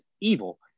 evil